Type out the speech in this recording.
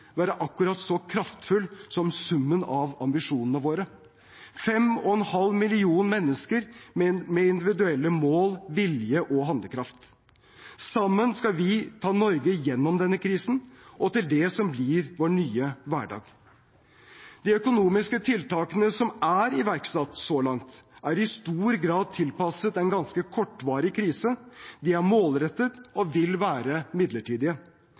være akkurat så kraftfull som summen av ambisjonene våre – nesten 5,5 millioner mennesker med individuelle mål, vilje og handlekraft. Sammen skal vi ta Norge gjennom denne krisen og til det som blir vår nye hverdag. De økonomiske tiltakene som er iverksatt så langt, er i stor grad tilpasset en ganske kortvarig krise. De er målrettede og vil være midlertidige.